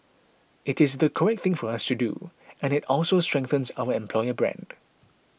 it is the correct thing for us to do and it also strengthens our employer brand